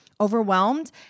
Overwhelmed